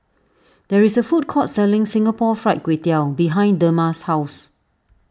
there is a food court selling Singapore Fried Kway Tiao behind Dema's house